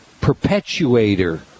perpetuator